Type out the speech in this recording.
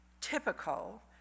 typical